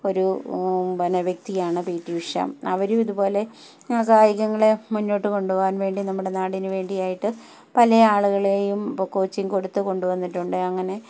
ഒരു പന വ്യക്തിയാണ് പി ടി ഉഷ അവരും ഇതുപോലെ കായികങ്ങളെ മുന്നോട്ട് കൊണ്ട്പോകാൻ വേണ്ടി നമ്മുടെ നാടിന് വേണ്ടിയായിട്ട് പല ആളുകളെയും ഇപ്പം കോച്ചിങ് കൊടുത്ത് കൊണ്ടുവന്നിട്ടുണ്ട് അങ്ങനെ